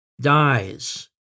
dies